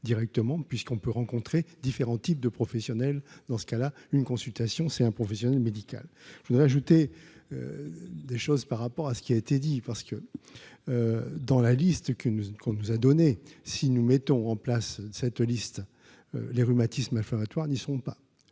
directement puisqu'on peut rencontrer différents types de professionnels dans ce cas-là, une consultation, c'est un professionnel médical je voudrais ajouter des choses par rapport à ce qui a été dit, parce que dans la liste qu'une qu'on nous a donné, si nous mettons en place cette liste les rhumatismes inflammatoires n'y seront pas